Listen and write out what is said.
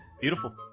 Beautiful